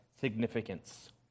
significance